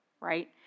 Right